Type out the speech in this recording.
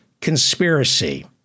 conspiracy